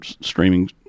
streaming